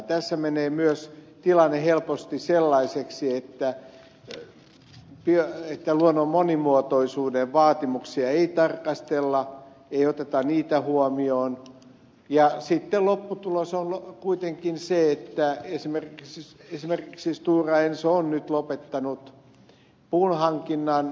tässä menee myös tilanne helposti sellaiseksi että luonnon monimuotoisuuden vaatimuksia ei tarkastella ei oteta niitä huomioon ja sitten lopputulos on kuitenkin se että esimerkiksi stora enso on nyt lopettanut puunhankinnan